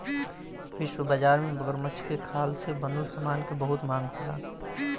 विश्व बाजार में मगरमच्छ के खाल से बनल समान के बहुत मांग होला